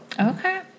Okay